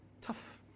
tough